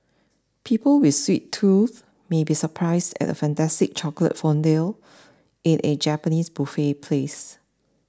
people with sweet tooth may be surprised at a fantastic chocolate fondue in a Japanese buffet place